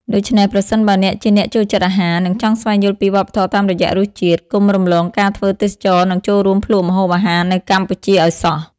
ដូច្នេះ ប្រសិនបើអ្នកជាអ្នកចូលចិត្តអាហារ និងចង់ស្វែងយល់ពីវប្បធម៌តាមរយៈរសជាតិ កុំរំលងការធ្វើទេសចរណ៍នឹងចូលរួមភ្លក្សម្ហូបអាហារនៅកម្ពុជាឲ្យសោះ ។